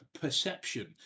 perception